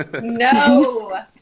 No